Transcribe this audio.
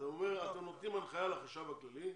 אתם נותנים הנחיה לחשב הכללי,